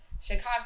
Chicago